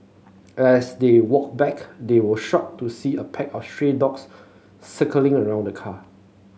as they walked back they were shocked to see a pack of stray dogs circling around the car